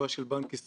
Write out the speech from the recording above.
לשאול אותך: